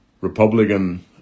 Republican